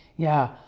yeah,